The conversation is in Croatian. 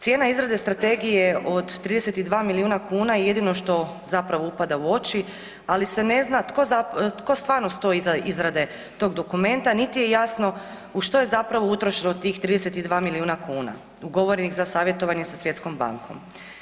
Cijena izrade strategije od 32 milijuna kuna je jedino što zapravo upada u oči, ali se ne zna tko stvarno stoji iza izrade tog dokumenta niti je jasno u što je zapravo utrošeno tih 32 milijuna kuna ugovorenih za savjetovanje sa Svjetskom bankom.